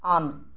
on